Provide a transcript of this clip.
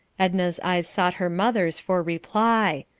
edna's eyes sought her mother's for reply.